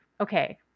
okay